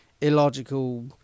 illogical